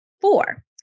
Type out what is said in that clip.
four